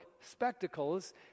spectacles